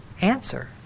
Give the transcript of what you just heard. answer